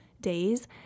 days